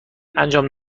انجام